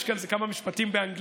יש כאן איזה כמה משפטים באנגלית,